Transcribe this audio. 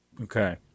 Okay